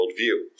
worldview